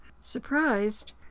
surprised